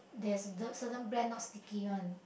there's the certain brand not sticky one